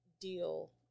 deal